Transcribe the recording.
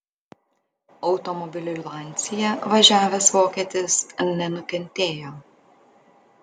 automobiliu lancia važiavęs vokietis nenukentėjo